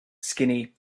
skinny